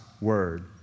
word